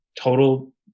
total